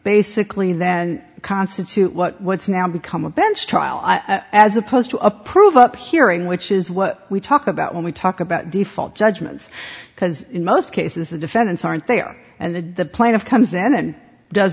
basically then constitute what's now become a bench trial as opposed to a prove up hearing which is what we talk about when we talk about default judgments because in most cases the defendants aren't they are and the plan of comes then does